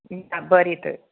आ बरें तर